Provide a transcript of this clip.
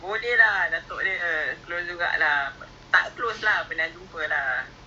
ah I don't know how I heard lah where I heard lah agaknya kat mothership anak dia macam